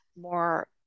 more